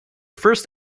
first